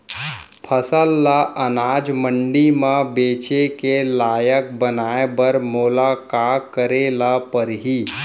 फसल ल अनाज मंडी म बेचे के लायक बनाय बर मोला का करे ल परही?